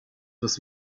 with